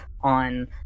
on